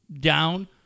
down